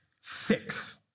six